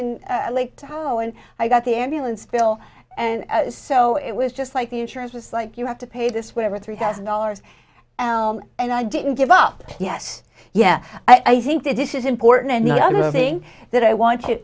in lake tahoe and i got the ambulance bill and so it was just like the insurance was like you have to pay this whatever three thousand dollars and i didn't give up yes yeah i think that this is important and the other thing that i wa